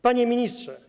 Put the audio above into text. Panie Ministrze!